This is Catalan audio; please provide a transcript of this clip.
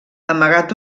amagat